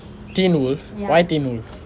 teen wolf why teen wolf